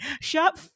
shop